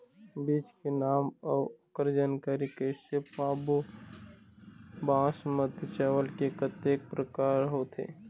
बीज के नाम अऊ ओकर जानकारी कैसे पाबो बासमती चावल के कतेक प्रकार होथे?